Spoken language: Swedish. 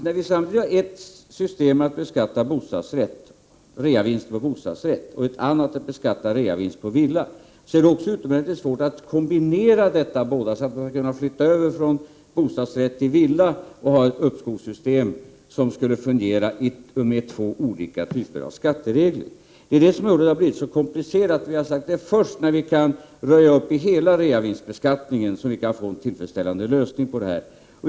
När vi samtidigt har ett system när det gäller att beskatta reavinst på bostadsrätter och ett annat system när det gäller att beskatta reavinst på villor, är det utomordentligt svårt att kombinera dessa båda system och ha ett uppskovssystem, som skulle fungera med två typer av skatteregler för människor som flyttar från bostadsrätt till villa. Det är detta som har gjort det hela så komplicerat. Det är först när vi kan röja upp i hela reavinstbeskattningen som vi kan få en tillfredsställande lösning på detta problem.